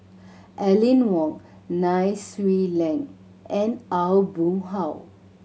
Aline Wong Nai Swee Leng and Aw Boon Haw